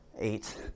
eight